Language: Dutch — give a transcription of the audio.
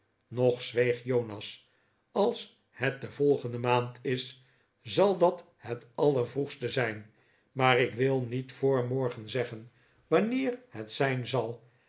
jonas als het de volgende maand is zal dat het allervroegste zijn maar ik wil niet voor morgen zeggen wanneer het zijn zal